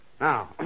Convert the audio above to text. Now